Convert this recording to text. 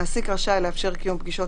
(ג) מעסיק רשאי לאפשר קיום פגישות